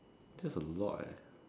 that's a lot leh